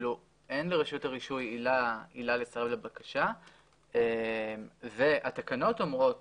אין לרשות הרישוי עילה לסרב לבקשה והתקנות אומרות